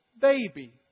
baby